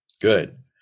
Good